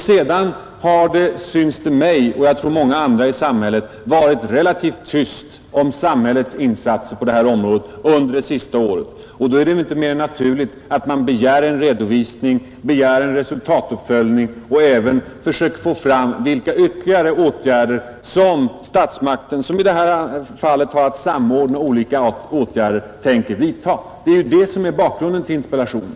Sedan har det, syns det mig och jag tror många andra i samhället, varit relativt tyst om samhällets insatser på detta område under det senaste året. Då är det ju inte mer än naturligt att man begär en redovisning, begär en resultatuppföljning och även försöker få fram vilka ytterligare åtgärder statsmakterna, som i detta fall har att samordna olika aktiviteter, tänker vidta. Det är ju det som är bakgrunden till interpellationen.